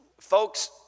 Folks